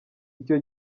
icyo